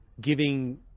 giving